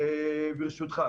ברשותך.